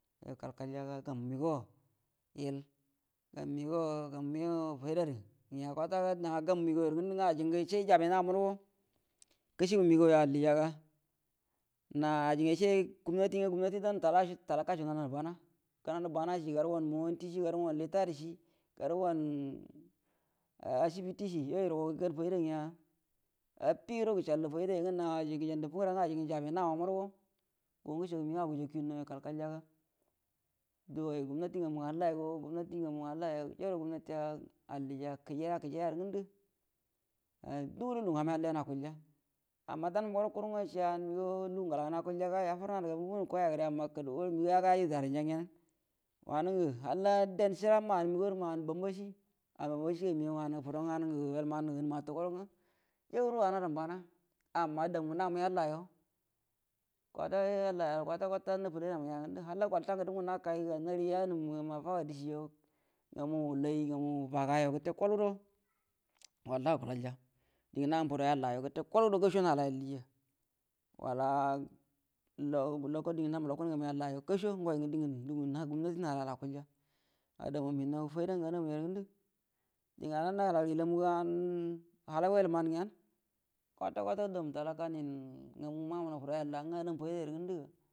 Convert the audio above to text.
Kal-kalyaga gamu migoa ill gamu migo-gamu migo faidari nya kwata-kwata gamu migun yarə ngə ndu nga ajingə shai jabe nau murugo gushubu migauyo allijaga na ajingə yashe gumnatinga gumnati dan talakashe nunanə bana gənanə banashi garugan mantish garagan litari shi gərugau ashbitishi yoyuro gau faida nya affido gəshal faidaya nga na ajingə jabe nau murugo ga nga gashagə migaurə au gujakinuduyo kal-kalyaga dugai gumnati ngamu hallayugo gumnati nganu halliyo ja uro gumnati allija kəjiyaya-kəjiyayarə ngəndə ndugudo luhgə hamai alliyana akulga amma dagoro kuru ashe an migau lugu ngilaga yafuruanə bumburum kuyaga re amma kadugurə migo gajagu dairanja nga wanungu dian shiramuna an migoa bambanchi an bambanchi fudo nganə migan nganə wailə man atau nga jauro ahadan bana amma dam ngə namu yalliyo allayo kwata-kwata uufullai nau-uuəyar ngwdə anum mafaga dishijo urigau ngamu baga yo gəte kol gudo wallai əkulya diu mamu dudo yallayo gəte kat gudo hausho namal dija uala lokolti ngə nanu lokolng amu yallayo gəteda nsha ngui lagu gumnati nalayol akulya umunu faida ngə anamuyarə ngəndə digamma nabagəri ilamuga hakai wal man nga kwata-kwata dumu talaka ngə mumunau fudo yalla yanga anamu offidoya ndugu